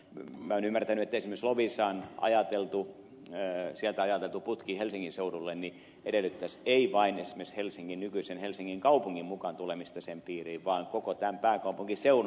minä olen ymmärtänyt että esimerkiksi loviisasta ajateltu putki helsingin seudulle edellyttäisi ei vain esimerkiksi nykyisen helsingin kaupungin mukaan tulemista sen piiriin vaan koko tämän pääkaupunkiseudun